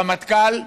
הרמטכ"ל,